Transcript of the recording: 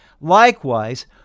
Likewise